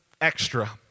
extra